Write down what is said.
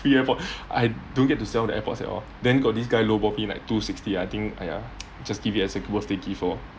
free AirPod I don't get to sell the AirPods at all then got this guy low ball me like two sixty I think !aiya! just take it as birthday gift lor